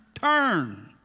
Turn